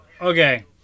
Okay